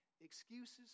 Excuses